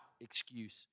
excuse